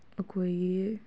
ꯑꯩꯈꯣꯏꯒꯤ